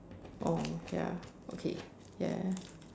oh ya okay yeah